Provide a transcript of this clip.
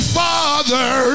father